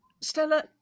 Stella